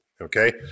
okay